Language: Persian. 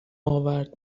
آورد